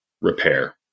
repair